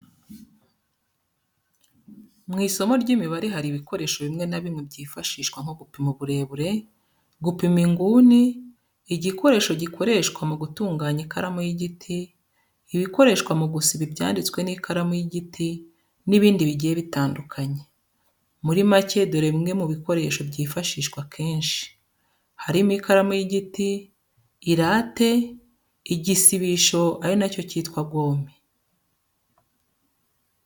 Mu isomo ry'imibare hari ibikoresho bimwe na bimwe byifashishwa nko gupima uburebure, gupima inguni, igikoresho gikoreshwa mu gutunganya ikaramu y'igiti, ibikoreshwa mu gusiba ibyanditswe n'ikaramu y'igiti n'ibindi bigiye bitandukanye. Muri make dore bimwe mu bikoresho byifashishwa kenshi, harimo ikaramu y'igiti, irate, igisibisho ari na cyo cyitwa gome.